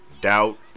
Doubt